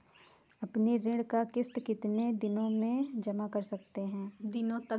अपनी ऋण का किश्त कितनी दिनों तक जमा कर सकते हैं?